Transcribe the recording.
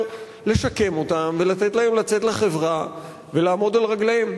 לשקם אותם ולתת להם לצאת לחברה ולעמוד על רגליהם.